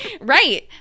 Right